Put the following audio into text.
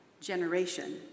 generation